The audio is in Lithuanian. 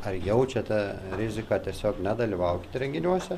ar jaučiate riziką tiesiog nedalyvaukit renginiuose